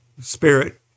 spirit